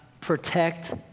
protect